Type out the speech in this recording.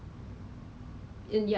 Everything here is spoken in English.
yeah because at first hor